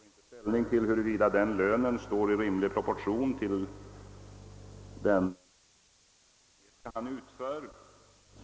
Jag tar inte ställning till huruvida den lönen står i rimlig proportion till det arbete han utför.